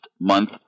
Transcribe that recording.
month